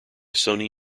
sony